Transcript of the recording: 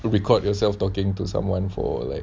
to record yourself talking to someone for like